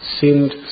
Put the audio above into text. seemed